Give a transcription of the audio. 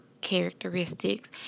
characteristics